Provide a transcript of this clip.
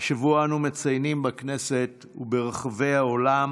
השבוע אנו מציינים בכנסת וברחבי העולם